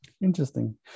Interesting